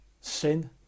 sin